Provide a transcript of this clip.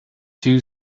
two